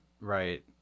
right